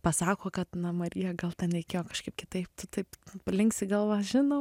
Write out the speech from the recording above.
pasako kad na marija gal ten reikėjo kažkaip kitaip tu taip palinksi galva žinau